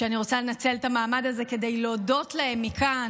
ואני רוצה לנצל את המעמד הזה כדי להודות להן מכאן